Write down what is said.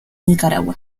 nicaragua